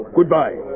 Goodbye